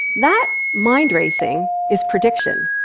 that mind racing is prediction.